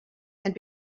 and